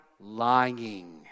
lying